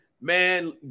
Man